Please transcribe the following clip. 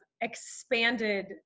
expanded